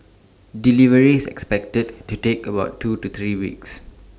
delivery is expected to take about two to three weeks